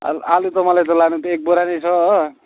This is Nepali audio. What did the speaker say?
आल आलु त मलाई लानु त एक बोरा नै छ हो